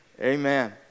Amen